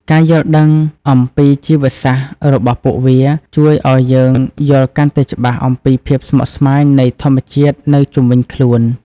ការយល់ដឹងអំពីជីវសាស្ត្ររបស់ពួកវា ជួយឱ្យយើងយល់កាន់តែច្បាស់អំពីភាពស្មុគស្មាញនៃធម្មជាតិនៅជុំវិញខ្លួន។